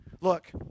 look